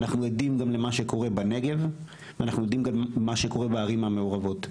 אנחנו עדים גם למה שקורה בנגב ואנחנו עדים גם למה שקורה בערים המעורבות,